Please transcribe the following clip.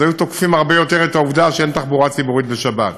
אז היו תוקפים הרבה יותר את העובדה שאין תחבורה ציבורית בשבת.